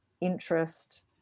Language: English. interest